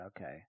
okay